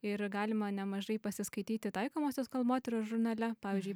ir galima nemažai pasiskaityti taikomosios kalbotyros žurnale pavyzdžiui